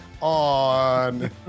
on